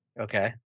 Okay